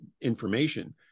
information